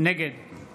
נגד